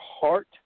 heart